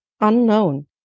unknown